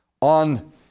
on